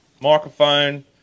Microphone